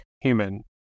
human